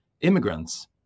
immigrants